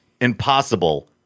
impossible